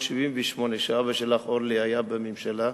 מ-1978, כשאבא שלך, אורלי, היה בממשלה,